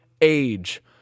age